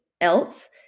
else